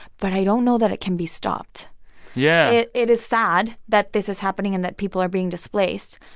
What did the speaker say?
but i don't know that it can be stopped yeah it is sad that this is happening and that people are being displaced.